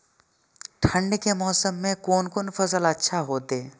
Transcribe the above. ठंड के मौसम में कोन कोन फसल अच्छा होते?